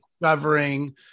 discovering